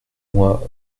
moi